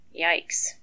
Yikes